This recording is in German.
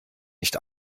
nicht